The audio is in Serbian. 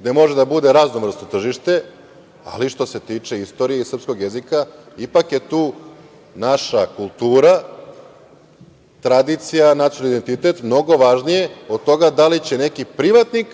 gde može da bude raznovrsno tržište, ali što se tiče istorije i srpskog jezika ipak je su naša kultura, tradicija, nacionalni identitet mnogo važniji od toga da li će neki privatnik